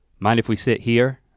mind if we sit here,